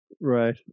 Right